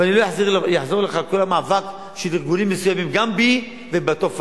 ואני לא אחזור לך על כל המאבק של ארגונים מסוימים גם בי ובתופעה.